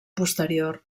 posterior